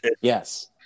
Yes